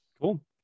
Cool